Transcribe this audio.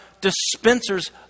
dispensers